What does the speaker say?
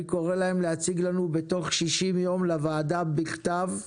אני קורא להם להציג לנו בתוך 60 יום לוועדה בכתב,